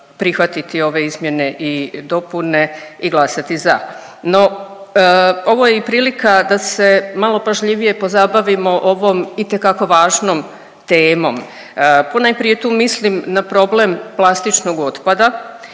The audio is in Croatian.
prihvatiti ove izmjene i dopune i glasati za. No, ovo je i prilika da se malo pažljivije pozabavimo ovom itekako važnom temom. Ponajprije tu mislim na problem plastičnog otpada